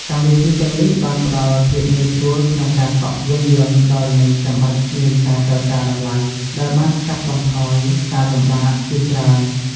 កម្មវិធីទាំងនេះបានផ្តល់ភាពងាយស្រួលក្នុងការកក់យានយន្តដោយមិនចាំបាច់មានការចរចាតម្លៃដែលបានកាត់បន្ថយការលំបាកជាច្រើន។